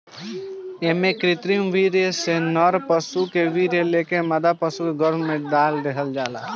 एमे कृत्रिम वीर्य से नर पशु के वीर्य लेके मादा पशु के गर्भ में डाल देहल जाला